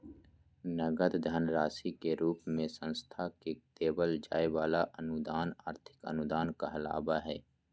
नगद धन राशि के रूप मे संस्था के देवल जाय वला अनुदान आर्थिक अनुदान कहलावय हय